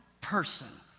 person